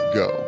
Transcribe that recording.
go